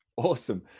Awesome